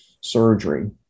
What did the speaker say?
surgery